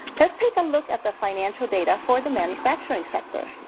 let's take a look at the financial data for the manufacturing sector.